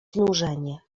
znużenie